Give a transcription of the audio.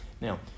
now